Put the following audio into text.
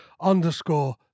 underscore